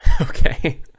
Okay